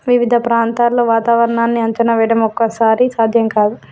వివిధ ప్రాంతాల్లో వాతావరణాన్ని అంచనా వేయడం ఒక్కోసారి సాధ్యం కాదు